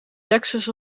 lexus